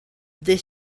this